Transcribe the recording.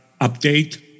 update